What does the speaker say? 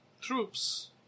troops